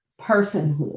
personhood